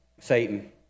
Satan